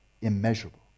immeasurable